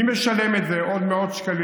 מי משלם את זה, עוד מאות שקלים,